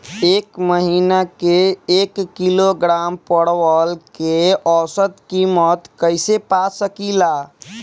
एक महिना के एक किलोग्राम परवल के औसत किमत कइसे पा सकिला?